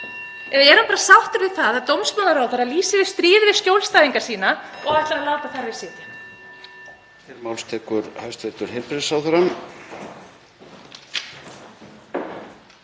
Eða er hann bara sáttur við að dómsmálaráðherra lýsi yfir stríði við skjólstæðinga hans og ætlar að láta þar við sitja?